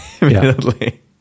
immediately